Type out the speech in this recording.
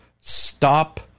stop